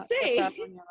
say